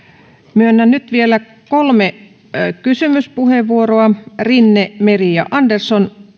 myönnän nyt vielä kolme kysymyspuheenvuoroa rinne meri ja andersson